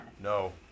No